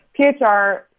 PHR